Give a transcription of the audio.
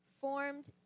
formed